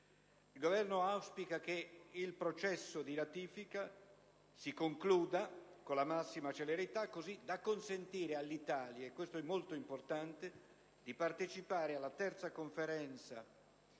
Il Governo auspica che il processo di ratifica si concluda con la massima celerità, così da consentire all'Italia - e questo è molto importante - di partecipare alla III Conferenza degli